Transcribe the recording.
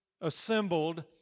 assembled